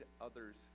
others